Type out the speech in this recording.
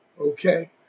Okay